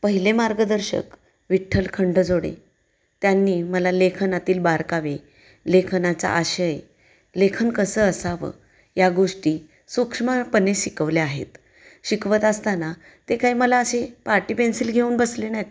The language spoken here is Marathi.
पहिले मार्गदर्शक विठ्ठल खंड जोडे त्यांनी मला लेखनातील बारकावे लेखनाचा आशय लेखन कसं असावं या गोष्टी सूक्ष्मपणे शिकवल्या आहेत शिकवत असताना ते काही मला असे पाटी पेन्सिल घेऊन बसले नाहीत